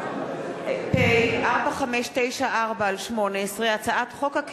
חוק פ/4594/18 וכלה בהצעת חוק פ/4614/18,